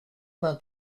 vingt